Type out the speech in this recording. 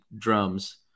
drums